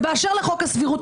ובאשר לחוק הסבירות,